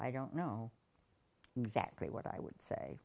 i don't know exactly what i would say